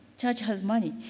church has money.